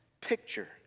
picture